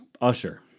Usher